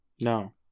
No